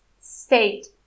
state